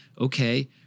okay